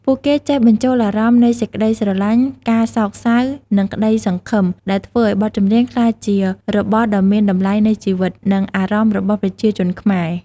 ពួកគេចេះបញ្ចូលអារម្មណ៍នៃ សេចក្ដីស្រលាញ់, ការសោកសៅ, និងក្ដីសង្ឃឹម ដែលធ្វើឲ្យបទចម្រៀងក្លាយជារបស់ដ៏មានតម្លៃនៃជីវិត និងអារម្មណ៍របស់ប្រជាជនខ្មែរ។